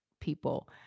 people